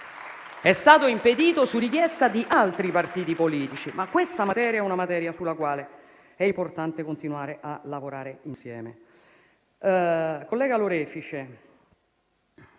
è stato impedito su richiesta di altri partiti politici. Ma questa è una materia sulla quale è importante continuare a lavorare insieme.